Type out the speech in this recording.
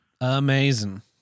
amazing